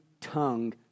tongue